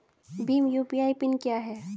Bhim UPI pin क्या है?